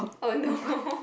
oh no